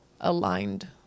aligned